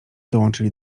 dołączyli